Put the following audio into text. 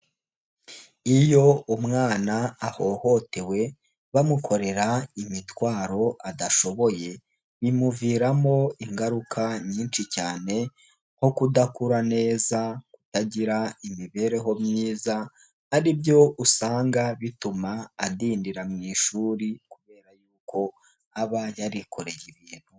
Iyo umwana ahohotewe bamukorera imitwaro adashoboye bimuviramo ingaruka nyinshi cyane nko kudakura neza, kutagira imibereho myiza, ari byo usanga bituma adindira mu ishuri kubera yuko aba yarikoreye ibintu.